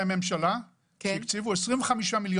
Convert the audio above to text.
חייבים לציין עוד עזרה מהממשלה שהקציבו 25 מיליון